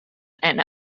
and